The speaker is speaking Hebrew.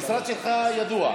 המשרד שלך ידוע,